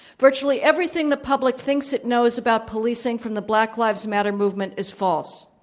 virtually everything the public thinks it knows about policing from the black lives matter movement is false.